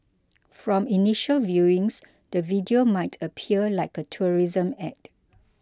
from initial viewings the video might appear like a tourism ad